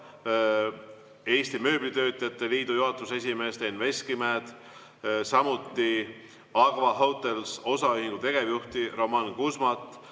Eesti Mööblitootjate Liidu juhatuse esimeest Enn Veskimäed, samuti Aqva Hotels Osaühingu tegevjuhti Roman Kusmat.